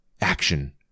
Action